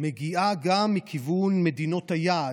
מגיעה מכיוון מדינות היעד.